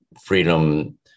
freedom